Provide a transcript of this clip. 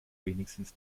wenigstens